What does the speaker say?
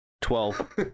Twelve